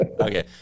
Okay